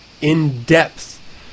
in-depth